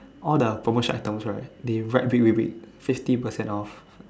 all the promotion items right they write big big big fifty percent off